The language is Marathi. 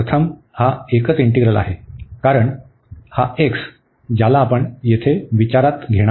प्रथम हा एकच इंटीग्रल आहे कारण हा x ज्याला आपण येथे विचारात घेणार नाही